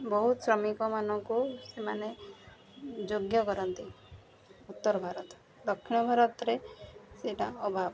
ବହୁତ ଶ୍ରମିକମାନଙ୍କୁ ସେମାନେ ଯୋଗ୍ୟ କରନ୍ତି ଉତ୍ତର ଭାରତ ଦକ୍ଷିଣ ଭାରତରେ ସେଇଟା ଅଭାବ